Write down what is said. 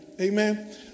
Amen